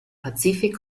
pazifik